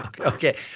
Okay